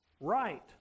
right